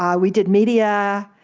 um we did media,